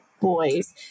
boys